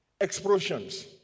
explosions